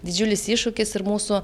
didžiulis iššūkis ir mūsų